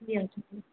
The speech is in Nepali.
ए हजुर